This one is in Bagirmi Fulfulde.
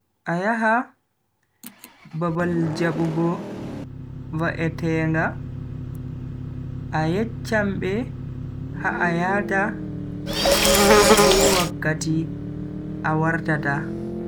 A yaha babal jabugo va'etenga a yecchan be ha a yahata be wakkati a wartata.